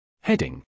Heading